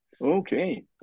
Okay